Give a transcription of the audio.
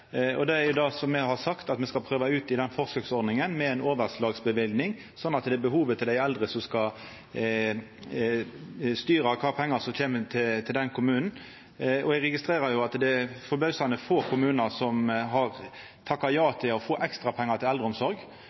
Me har sagt at me skal prøva ut i forsøksordninga med ei overslagsløyving, slik at det er behovet til dei eldre som skal styra kva pengar som kjem til kvar kommune. Eg registrerer at det er forbausande få kommunar som har takka ja til å få ekstra pengar til eldreomsorg.